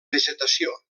vegetació